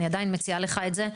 אני עדיין מציעה לך את זה.